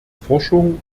forschung